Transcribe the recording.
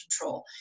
control